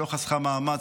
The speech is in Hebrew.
שלא חסכה מאמץ,